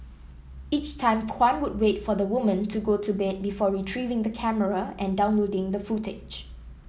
each time Kwan would wait for the woman to go to bed before retrieving the camera and downloading the footage